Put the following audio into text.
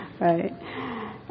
right